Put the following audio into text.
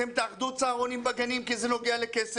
אתם תאחדו צהרונים בגנים כי זה לא נוגע לכסף,